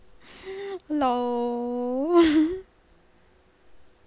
no